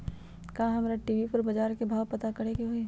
का हमरा टी.वी पर बजार के भाव पता करे के होई?